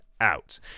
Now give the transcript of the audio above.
out